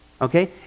Okay